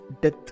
death